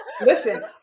listen